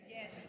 yes